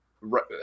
right